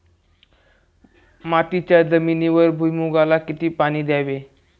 मातीच्या जमिनीवर भुईमूगाला किती पाणी द्यावे?